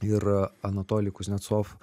ir anatolij kuznecov